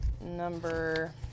Number